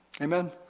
amen